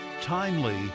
timely